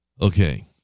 Okay